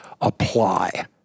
apply